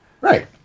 Right